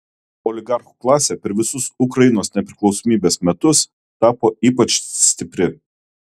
oligarchų klasė per visus ukrainos nepriklausomybės metus tapo ypač stipri